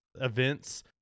events